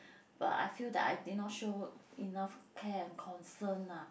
but I feel that I did not show enough care and concern lah